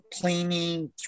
cleaning